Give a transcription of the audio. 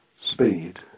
speed